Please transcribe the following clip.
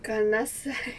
kena sai